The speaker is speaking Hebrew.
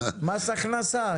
מס הכנסה...